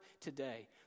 today